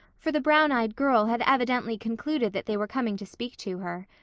for the brown-eyed girl had evidently concluded that they were coming to speak to her.